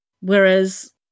whereas